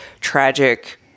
tragic